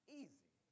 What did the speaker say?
easy